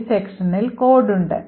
ഈ sectionൽ code ഉണ്ട്